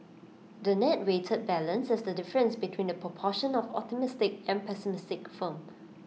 the net weighted balance is the difference between the proportion of optimistic and pessimistic firms